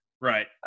Right